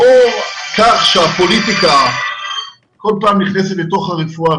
לאור כך שהפוליטיקה כל פעם נכנסת לתוך הרפואה,